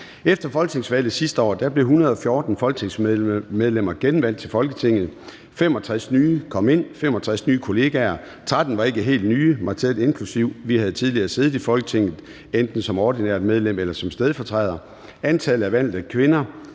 Efter folketingsvalget sidste år blev 114 folketingsmedlemmer genvalgt til Folketinget; 65 nye kollegaer kom ind; 13 var ikke helt nye, mig selv inklusive. Vi havde tidligere siddet i Folketinget enten som ordinære medlemmer eller som stedfortrædere. Antallet af valgte kvindelige